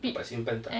but simpan tak